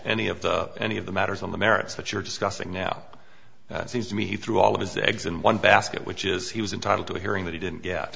any of the any of the matters on the merits that you're discussing now seems to me through all of his eggs in one basket which is he was entitled to a hearing that he didn't get